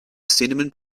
cinnamon